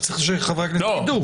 שצריך שחברי הכנסת יידעו.